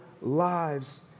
lives